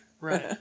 Right